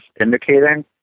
indicating